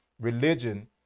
religion